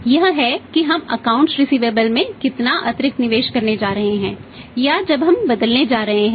यह है कि हम अकाउंट्स रिसिवेबलस देने जा रहे हैं